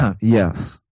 Yes